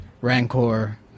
Rancor